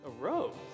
arose